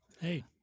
Hey